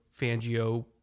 Fangio